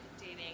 dating